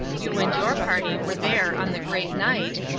you and your party were there on the great night,